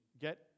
get